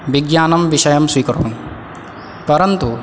विज्ञानं विषयं स्वीकरोमि परन्तु